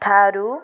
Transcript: ଠାରୁ